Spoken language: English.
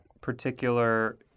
particular